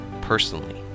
Personally